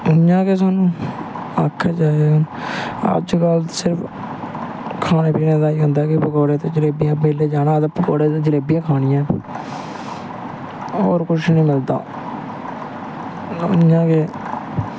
इयां गै स्हानू आक्खन चाही दा अज कल सिर्फ खाने पीने दा गा होंदा पकौड़े जिसलै बी जाना होऐ ते पकौड़े ते जलेबियां गै खानियां न होर कुछ नी मिलदा इयां गै